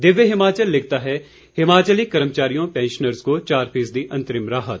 दिव्य हिमाचल लिखता है हिमाचली कर्मचारियों पेंशनर्ज को चार फीसदी अंतरिम राहत